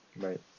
Right